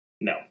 No